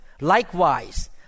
likewise